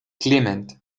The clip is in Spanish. clement